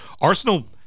Arsenal